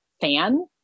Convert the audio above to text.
fan